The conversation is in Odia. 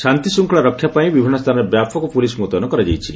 ଶାନ୍ତିଶୃଙ୍ଖଳା ରକ୍ଷା ପାଇଁ ବିଭିନ୍ନ ସ୍ଚାନରେ ବ୍ୟାପକ ପୁଲିସ ମୁତୟନ କରାଯାଇଛି